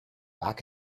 back